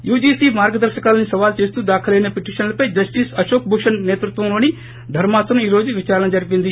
UGC మార్గదర్శకాల్సి సవాల్ చేస్తూ దాఖలైన పిటిషన్లపై జస్టిస్ అశోక్భూషణ్ నేతృత్వంలోని ధర్మాసనం ఈ రోజు విదారణ జరిపింది